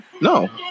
No